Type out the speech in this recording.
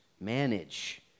Manage